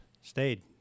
stayed